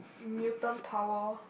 mutant power